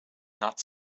not